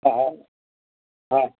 हा हा